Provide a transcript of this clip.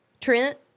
Trent